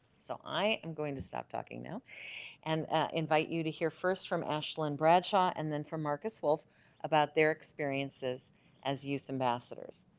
so i am and going to stop talking now and invite you to hear first from ashland, bradshaw and then from marcus wolf about their experiences as youth ambassadors